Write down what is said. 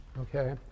okay